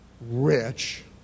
rich